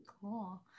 Cool